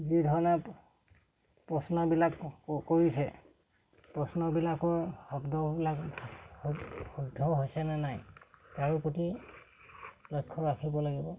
যিধৰণে প্ৰশ্নবিলাক কৰিছে প্ৰশ্নবিলাকৰ শব্দবিলাক শুদ্ধ হৈছেনে নাই তাৰোপতি লক্ষ্য ৰাখিব লাগিব